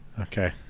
Okay